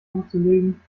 hochzulegen